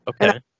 Okay